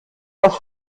das